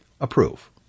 approve